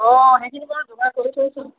অঁ সেইখিনি বাৰু যোগাৰ কৰি থৈছোঁ